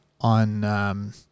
on